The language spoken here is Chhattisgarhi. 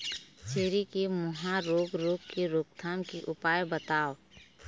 छेरी के मुहा रोग रोग के रोकथाम के उपाय बताव?